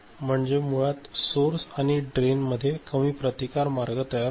म्हणजे मुळात सोर्स आणि ड्रेन मध्ये कमी प्रतिकार मार्ग तयार होतो